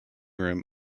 room